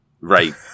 Right